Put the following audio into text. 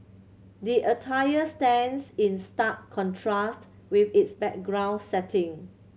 the attire stands in stark contrast with its background setting